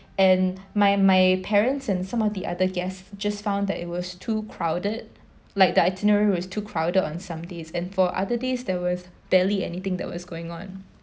and my my parents and some of the other guests just found that it was too crowded like the itinerary was too crowded on some days and for other days there was barely anything that was going on